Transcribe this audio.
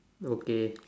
okay